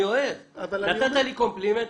נתת לי מחמאה.